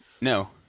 No